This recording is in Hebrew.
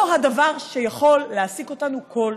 זה לא הדבר שיכול להעסיק אותנו כל שעה.